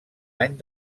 any